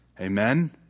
Amen